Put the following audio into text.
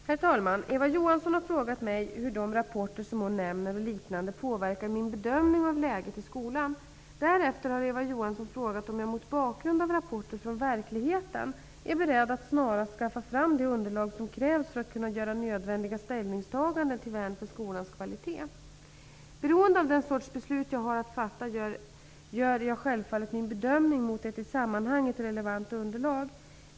Herr talman! Eva Johansson har frågat mig hur de rapporter som hon nämner, och liknande, påverkar min bedömning av läget i skolan. Därefter har Eva Johansson frågat om jag mot bakgrund av rapporter från verkligheten är beredd att snarast skaffa fram det underlag som krävs för att kunna göra nödvändiga ställningstaganden till värn för skolans kvalitet. Beroende av den sorts beslut jag har att fatta gör jag självfallet min bedömning mot ett i sammanhanget relevant underlag.